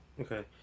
Okay